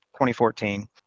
2014